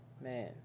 Man